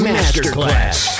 Masterclass